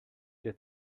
der